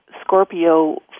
Scorpio